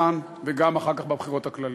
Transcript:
וגם אחר כך בבחירות הכלליות.